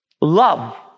Love